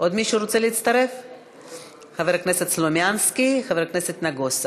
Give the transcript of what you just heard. בעד, 51 חברי כנסת, אין מתנגדים, אין נמנעים.